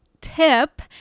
tip